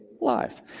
life